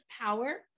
power